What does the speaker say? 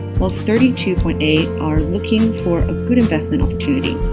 while thirty two point eight are looking for a good investment opportunity.